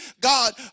God